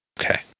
Okay